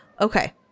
Okay